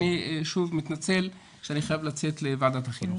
אני שוב מתנצל שאני חייב לצאת לוועדת החינוך.